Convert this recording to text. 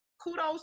kudos